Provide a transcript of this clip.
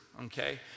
Okay